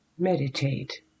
Meditate